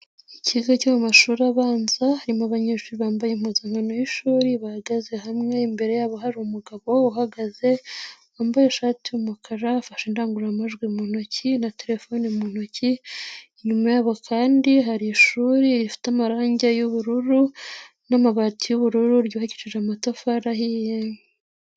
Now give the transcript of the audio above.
Ikigo cyo mu mashuri abanza harimo abanyeshuri bambaye impuzankano y'ishuri bahagaze hamwe, imbere yabo hari umugabo uhagaze wambaye ishati y'umukara afashe indangururamajwi mu ntoki na terefone mu ntoki, inyuma yabo kandi hari ishuri rifite amarangi y'ubururu n'amabati y'ubururu ryubakishije amatafari ahiye.